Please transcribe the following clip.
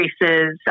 increases